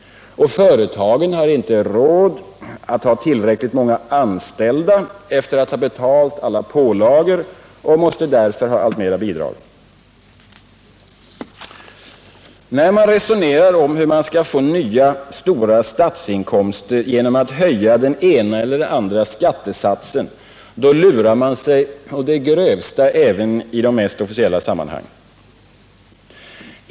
Och företagen har inte råd att ha tillräckligt många anställda efter att ha betalt alla pålagor, och därför måste de ha allt större bidrag. När man resonerar om hur stora nya statsinkomster man får om man höjer den ena eller andra skattesatsen, lurar man sig själv å det grövsta även i de mest officiella sammanhang.